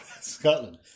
Scotland